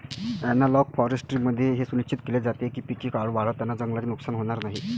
analogue फॉरेस्ट्रीमध्ये हे सुनिश्चित केले जाते की पिके वाढवताना जंगलाचे नुकसान होणार नाही